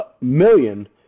million